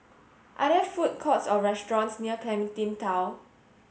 are there food courts or restaurants near Clementi Town